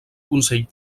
consell